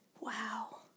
Wow